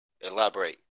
elaborate